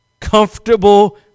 comfortable